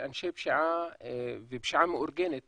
אנשי פשיעה ופשיעה מאורגנת